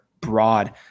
broad